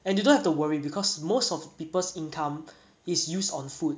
and you don't have to worry because most of the people's income is used on food